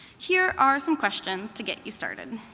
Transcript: here are some questions to get you started.